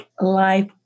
life